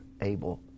Abel